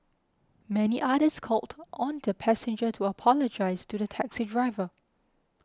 many others called on the passenger to apologise to the taxi driver